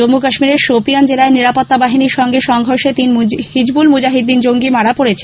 জম্মু কাশ্মীরের শোপিয়ান জেলায় নিরাপত্তা বাহিনীর সঙ্গে সংঘজর্ষে তিন হিজবুল মুজাহিদ্দিন জঙ্গী মারা পড়েছে